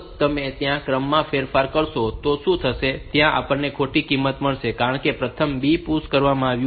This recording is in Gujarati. જો તમે ત્યાં ક્રમમાં ફેરફાર કરશો તો શું થશે કે ત્યાં આપણને ખોટી કિંમત મળશે કારણ કે પ્રથમ B PUSH કરવામાં આવ્યું છે